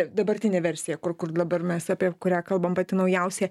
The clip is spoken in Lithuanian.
dabartinė versija kur kur dabar mes apie kurią kalbam pati naujausia